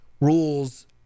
rules